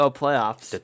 playoffs